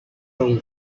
own